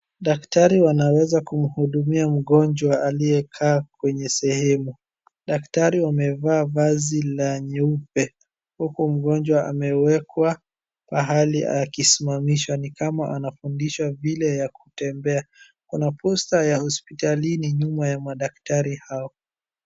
Daktari wanaweza kuhudumia mgonjwa aliyekaa kwenye sehemu. Daktari wamevaa vazi la nyeupe uku mgonjwa amewekwa pahali akisimamishwa ni kama anafundishwa vile ya kutembea. Kuna posta ya hospitalini nyuma ya madaktari hao.